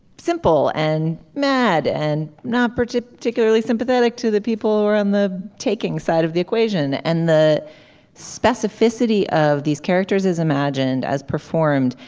simple and mad and not particularly sympathetic to the people or on the taking side of the equation and the specificity of these characters is imagined as performed.